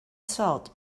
salt